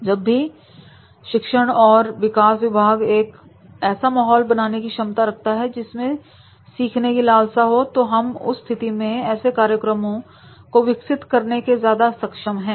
जब भी शिक्षण और विकास विभाग एक ऐसा माहौल बनाने की क्षमता रखता है जिसमें सीखने की लालसा हो तो हम उस स्थिति में ऐसे कार्यक्रमों को विकसित करने के ज्यादा सक्षम हैं